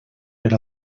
per